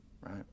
right